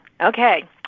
okay